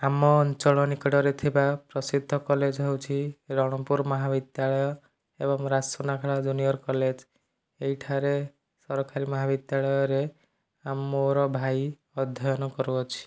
ଆମ ଅଞ୍ଚଳ ନିକଟରେ ଥିବା ପ୍ରସିଦ୍ଧ କଲେଜ ହେଉଛି ରଣପୁର ମହାବିଦ୍ୟାଳୟ ଏବଂ ରାଜସୁନାଖଳା ଜୁନିଅର କଲେଜ ଏହିଠାରେ ସରକାରୀ ମହାବିଦ୍ୟାଳୟରେ ମୋର ଭାଇ ଅଧ୍ୟୟନ କରୁଅଛି